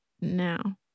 now